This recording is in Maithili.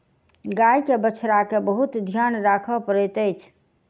गाय के बछड़ा के बहुत ध्यान राखअ पड़ैत अछि